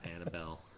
Annabelle